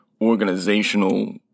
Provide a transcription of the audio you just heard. organizational